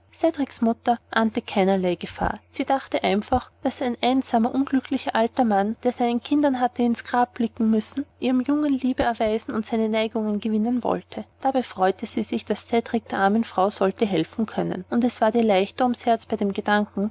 mutter ahnte keinerlei gefahr sie dachte einfach daß ein einsamer unglücklicher alter mann der seinen kindern hatte ins grab blicken müssen ihrem jungen liebe erweisen und seine neigungen gewinnen wollte dabei freute sie sich daß cedrik der armen frau sollte helfen können und es ward ihr leichter ums herz bei dem gedanken